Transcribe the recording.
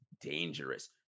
dangerous